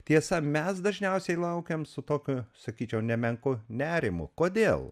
tiesa mes dažniausiai laukiam su tokiu sakyčiau nemenku nerimu kodėl